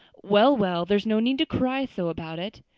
well, well, there's no need to cry so about it.